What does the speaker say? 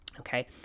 Okay